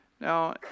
Now